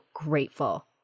grateful